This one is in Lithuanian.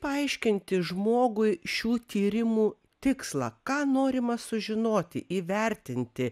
paaiškinti žmogui šių tyrimų tikslą ką norima sužinoti įvertinti